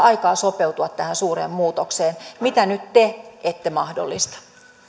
aikaa sopeutua tähän suureen muutokseen mitä nyt te ette mahdollista